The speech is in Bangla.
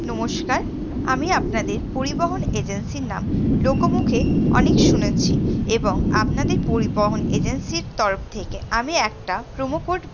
নমস্কার আমি আপনাদের পরিবহন এজেন্সির নাম লোকমুখে অনেক শুনেছি এবং আপনাদের পরিবহন এজেন্সির তরফ থেকে আমি একটা প্রোমো কোড